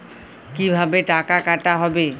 কিভাবে টাকা কাটা হবে?